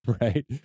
right